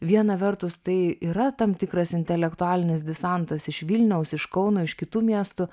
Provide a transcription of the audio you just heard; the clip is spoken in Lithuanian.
viena vertus tai yra tam tikras intelektualinis desantas iš vilniaus iš kauno iš kitų miestų